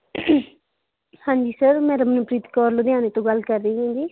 ਹਾਂਜੀ ਸਰ ਮੈਂ ਰਮਨਪ੍ਰੀਤ ਕੌਰ ਲੁਧਿਆਣੇ ਤੋਂ ਗੱਲ ਕਰ ਰਹੀ ਹਾਂ ਜੀ